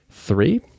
Three